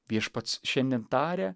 viešpats šiandien taria